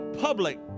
public